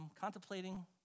contemplating